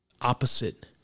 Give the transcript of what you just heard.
opposite